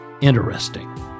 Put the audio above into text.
interesting